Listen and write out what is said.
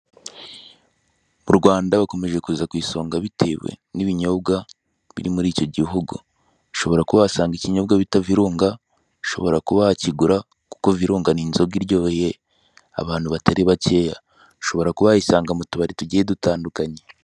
U Rwanda rukomeje kuza ku isonga bitewe n'ibinyobwa biri muri icyo gihugu. Ushobora kuba wahasanga ikinyobwa bita virunga, ushobora kuba wakigura kuko virunga ni inzoga iryoheye abantu batari bakeya. Ushobora kuba wayisanga mu tubari tugiye dutandukanye.